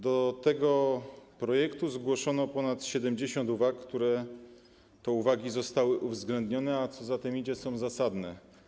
Do tego projektu zgłoszono ponad 70 uwag, które zostały uwzględnione, a co za tym idzie, są zasadne.